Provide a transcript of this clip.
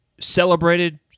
celebrated